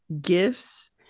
gifts